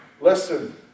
listen